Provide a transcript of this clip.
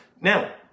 Now